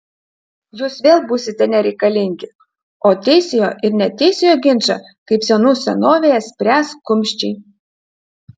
jūs vėl būsite nereikalingi o teisiojo ir neteisiojo ginčą kaip senų senovėje spręs kumščiai